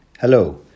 hello